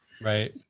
right